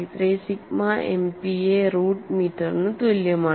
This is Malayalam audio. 1833 സിഗ്മ എംപിഎ റൂട്ട് മീറ്ററിന് തുല്യമാണ്